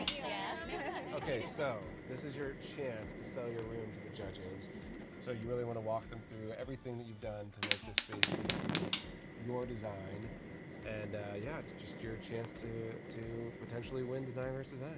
ah yeah okay, so this is your chance to sell your room to the judges so you really want to walk them through everything that you've done to make this space uniquely your design and yeah, it's just your chance to, to potentially win design vs. design